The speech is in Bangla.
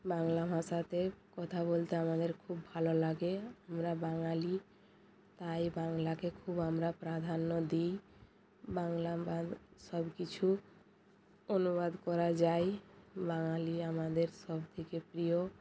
বাংলা ভাষাতে কথা বলতে আমাদের খুব ভালো লাগে আমরা বাঙালি তাই বাংলাকে খুব আমরা প্রাধান্য দিই বাংলা ভা সব কিছু অনুবাদ করা যায় বাঙালি আমাদের সব থেকে প্রিয়